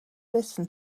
listen